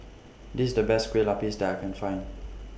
This IS The Best Kue Lupis that I Can Find